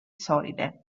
solide